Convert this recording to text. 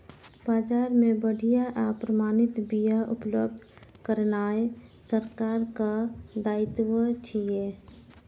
बाजार मे बढ़िया आ प्रमाणित बिया उपलब्ध करेनाय सरकारक दायित्व छियै